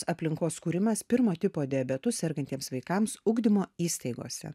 aplinkos kūrimas pirmo tipo diabetu sergantiems vaikams ugdymo įstaigose